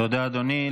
תודה, אדוני.